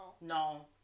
No